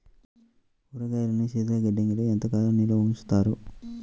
కూరగాయలను శీతలగిడ్డంగిలో ఎంత కాలం నిల్వ ఉంచుతారు?